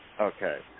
Okay